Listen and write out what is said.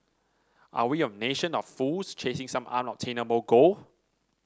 are we a nation of fools chasing some unobtainable goal